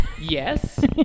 Yes